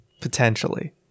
potentially